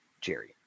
Jerry